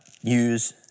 use